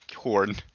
horn